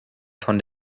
von